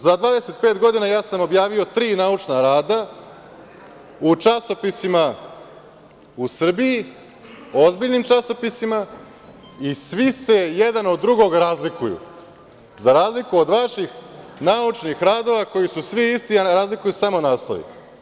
Za 25 godina objavio sam tri naučna rada u časopisima u Srbiji, ozbiljnim časopisima i svi se jedan od drugog razliku, za razliku od vaših naučnih radova koji su svi isti, a ne razlikuju se samo naslovi.